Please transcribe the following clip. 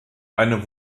eine